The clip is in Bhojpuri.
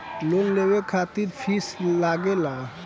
लोन लेवे खातिर फीस लागेला?